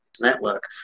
network